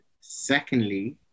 secondly